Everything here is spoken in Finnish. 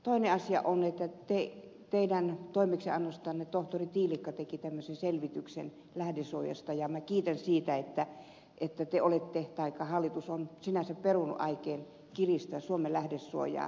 toinen asia on että teidän toimeksiannostanne tohtori tiilikka teki tämmöisen selvityksen lähdesuojasta ja minä kiitän siitä että te olette tai hallitus on sinänsä perunut aikeen kiristää suomen toimittajan lähdesuojaa